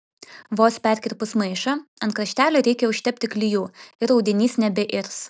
vos perkirpus maišą ant kraštelio reikia užtepti klijų ir audinys nebeirs